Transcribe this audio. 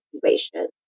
situation